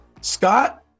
Scott